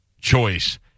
choice